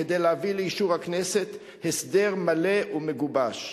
כדי להביא לאישור הכנסת הסדר מלא ומגובש.